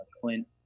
Clint